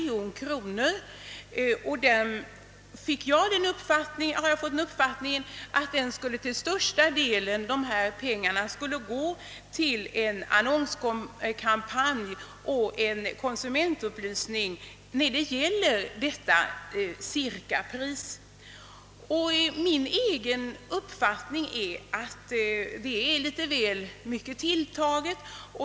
Jag har fått den uppfattningen att större delen av den reserverade halva miljonen skulle gå till en annonskampanj och en konsumentupplysning när det gäller dessa cirkapriser. Enligt min egen uppfattning är detta väl mycket tilltaget.